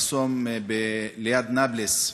למקום ליד נבלוס,